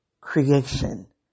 creation